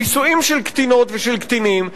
נישואים של קטינות ושל קטינים,